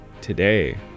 Today